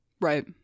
right